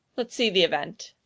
let's see the event.